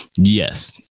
yes